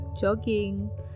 jogging